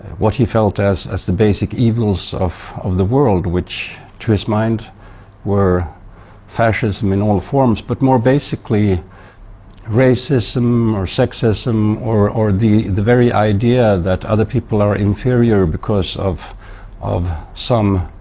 what he felt as as the basic evils of of the world, which to his mind were fascism in all forms, but more basically racism, sexism, or or the the very idea that other people are inferior because of of some